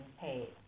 paid